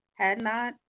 Hadnot